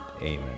Amen